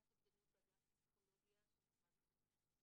למניעת אובדנות באגף פסיכולוגיה של משרד החינוך.